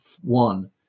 One